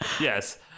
Yes